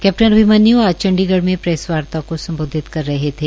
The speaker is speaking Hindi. कैप्टन अभिमन्य् आज चंडीगढ़ में प्रेसवार्ता को संबोधित कर रहे थे